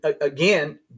again